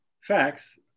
Facts